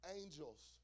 angels